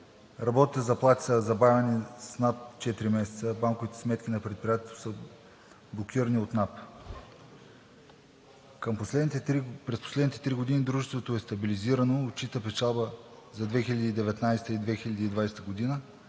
Работните заплати са забавени с над четири месеца, банковите сметки на предприятието са блокирани от НАП. През последните три години дружеството е стабилизирано. Отчита печалба за 2019 г. и 2020 г.,